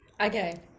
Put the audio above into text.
Okay